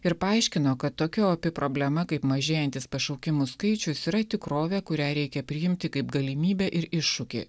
ir paaiškino kad tokia opi problema kaip mažėjantis pašaukimų skaičius yra tikrovė kurią reikia priimti kaip galimybę ir iššūkį